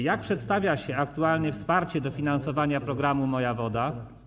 Jak przedstawia się aktualnie wsparcie, dofinansowanie z programu „Moja woda”